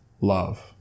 love